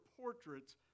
portraits